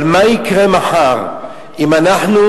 אבל מה יקרה מחר אם אנחנו,